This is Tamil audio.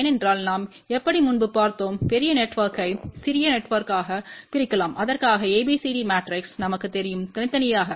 ஏனென்றால் நாம் எப்படி முன்பு பார்த்தோம் பெரிய நெட்வொர்க்கை சிறிய நெட்ஒர்க்யமாக பிரிக்கலாம் அதற்காக ABCD மேட்ரிக்ஸ் நமக்குத் தெரியும் தனித்தனியாக